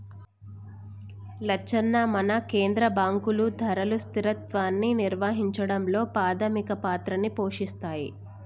లచ్చన్న మన కేంద్ర బాంకులు ధరల స్థిరత్వాన్ని నిర్వహించడంలో పాధమిక పాత్రని పోషిస్తాయి